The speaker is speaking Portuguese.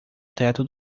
teto